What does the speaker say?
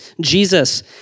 Jesus